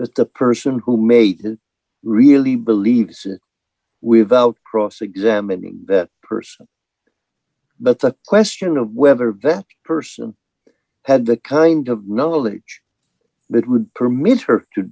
that the person who made it really believes it without cross examining that person the question of whether vet person had the kind of knowledge that would permit her to